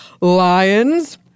lions